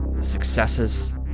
successes